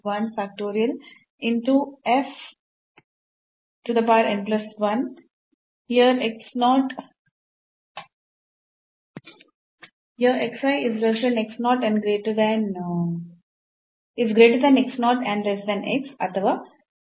ಹೌದು ಇದು x 0 plus h ಎಂದರೆ ಈ x ಇದು x 0 ನ ನೆರೆಹೊರೆಯಲ್ಲಿರುವ ಬಿಂದು